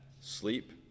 sleep